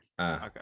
Okay